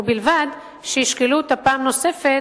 ובלבד שישקלו אותה פעם נוספת,